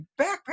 backpack